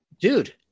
Dude